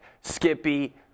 Skippy